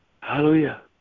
Hallelujah